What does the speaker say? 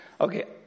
okay